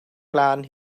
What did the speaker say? blaen